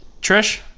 Trish